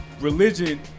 religion